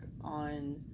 on